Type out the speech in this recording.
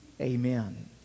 Amen